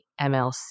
MLC